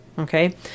Okay